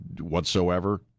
whatsoever